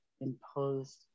imposed